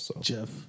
Jeff